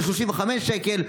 ל-35 שקל,